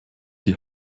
die